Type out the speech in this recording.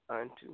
unto